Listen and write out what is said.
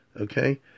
okay